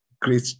great